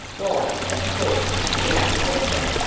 why, of course, the young doctor.